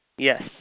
Yes